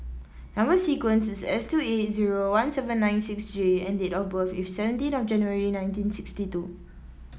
number sequence is S two eight zero one seven nine six J and date of birth is seventeen of January nineteen sixty two